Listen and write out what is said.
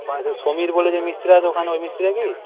ও আচ্ছা সমীর বলে যে মিস্ত্রি আছে ওখানে ওই মিস্ত্রিটা কি